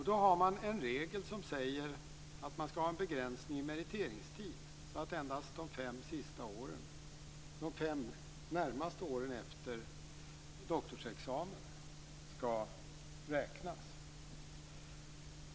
Det finns en regel som säger att man skall ha en begränsning i meriteringstid, så att endast de fem närmaste åren efter doktorsexamen skall räknas.